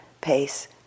pace